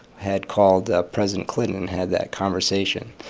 had called up president clinton and had that conversation.